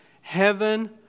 heaven